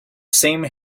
same